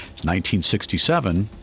1967